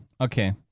Okay